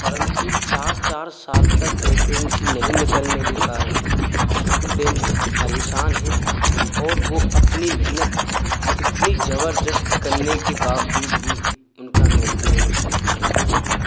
परंतु चार चार साल तक बैकेन्सी नहीं निकलने के करन्न इश्टूडेंट परेशान हैं और वह अपनी मेहनत इतनी जबर्दस्त करने के बावजूद भी उनका नौकरियों में सेलेक्सन नहीं होता है